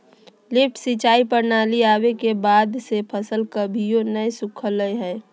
lift सिंचाई प्रणाली आवे के बाद से फसल कभियो नय सुखलय हई